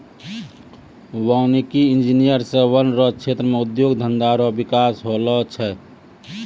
वानिकी इंजीनियर से वन रो क्षेत्र मे उद्योग धंधा रो बिकास होलो छै